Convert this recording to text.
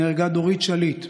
נהרגה דורית שליט,